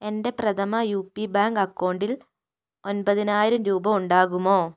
എൻ്റെ Prathama U P bank അക്കൗണ്ടിൽ ഒൻപതിനായിരം രൂപ ഉണ്ടാകുമോ